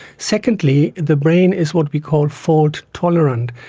secondly, the brain is what we call fault tolerant.